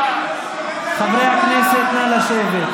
חברי הכנסת, נא לשבת.